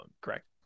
correct